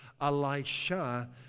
Elisha